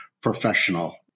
professional